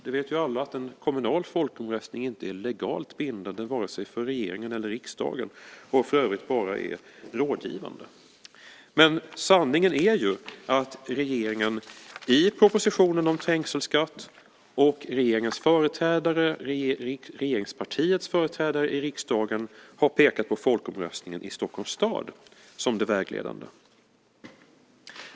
Det vet ju alla att en kommunal folkomröstning inte är legalt bindande vare sig för regeringen eller för riksdagen och för övrigt bara är rådgivande. Men sanningen är ju att regeringen i propositionen om trängselskatt och regeringspartiets företrädare i riksdagen har pekat på folkomröstningen i Stockholms stad som det vägledande.